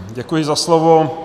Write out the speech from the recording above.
Děkuji za slovo.